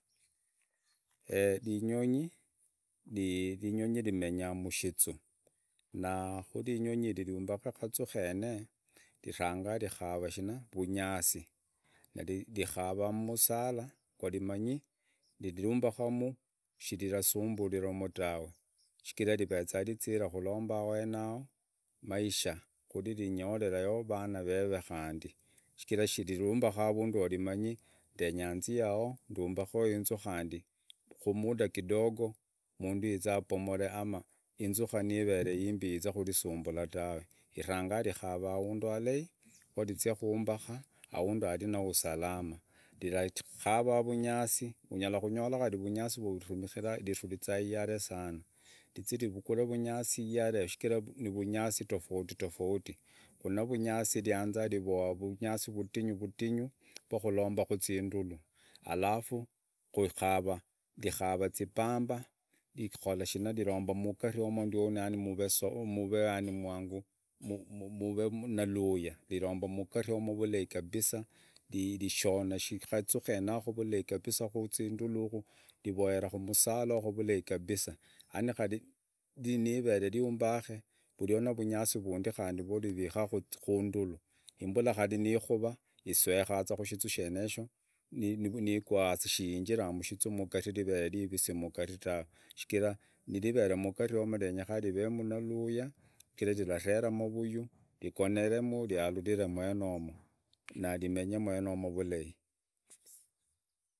ringonyi rimenya mkizuu na wirinyonyi yiri vyimbaka akazuu kene rijaga kucheka uvunyasirikava msara gwarimanyi rirumbakamu sisirasumburamu dave chigara riveza rizee koromba ahare yao amaisha kure riranyorerao avana veve kande chigara vyumbaka avundu arimanyi ndumbaka kandi kumaisha kidogo mundu yaze abomore ama enzoga neveye ashimbe yize kurisumbura dave ritanga kukala avundu avee arahe nuvu salama, ukusumbaka rikara uvunyazi unyarakonyora uvunyasi vyaritumikira vitiza ihare sana rizee riziteze ihare ehigare nuvunyasi tofautitoyauti nuvunyasi viromba vudinyuvudinyo vyarirombera kundolu alafu richeka izipamba riromba mgate mva vulahi kabisa vishona kabisa akazuu keneyako kundulu yako vivohera vurahi kumusala yaani kari viweye vyumbaka vurio vununyasi vyariveka kandulu imbula kari nikuba isweka kundulu kuziuu nigwa hasi siyingera msizuu mgatee vyivesimuu deve chigare rive mgate genyekana vivemu nuruya chigara riratera amavuyo vigoncremu vyaruremu mwenemu na rimenye mwenemu.